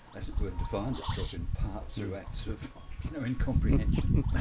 as it were, defined itself in parts through acts of you know incomprehension.